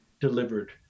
delivered